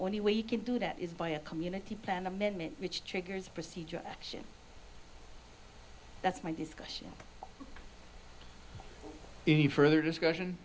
only way you can do that is by a community plan amendment which triggers procedural action that's my discussion any further discussion